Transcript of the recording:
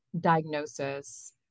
diagnosis